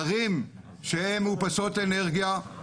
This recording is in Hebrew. ערים שהן מאופסות אנרגיה,